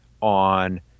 on